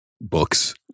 books